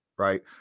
Right